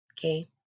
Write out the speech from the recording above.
Okay